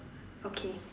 okay